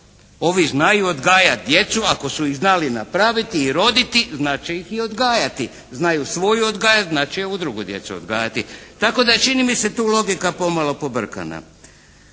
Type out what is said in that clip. Ovi znaju odgajati djecu. Ako su ih znali napraviti i roditi znat će ih i odgajati. Znaju svoju odgajati, znat će i ovu drugu djecu odgajati. Tako da je čini mi se tu logika pomalo pobrkana.